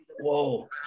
Whoa